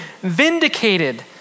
vindicated